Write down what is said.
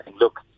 look